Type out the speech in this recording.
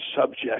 subject